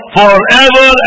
forever